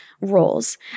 roles